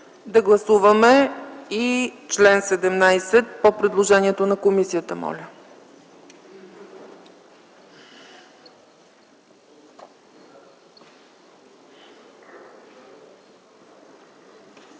да гласуваме чл. 17 по предложението на комисията.